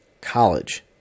college